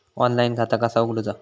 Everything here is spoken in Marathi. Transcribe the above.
ऑनलाईन खाता कसा उगडूचा?